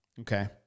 Okay